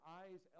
eyes